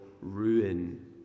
ruin